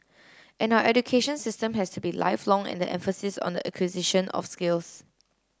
and our education system has to be lifelong and the emphasis on the acquisition of skills